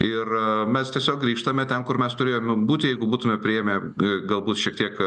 ir mes tiesiog grįžtame ten kur mes turėjome būti jeigu būtume priėmę galbūt šiek tiek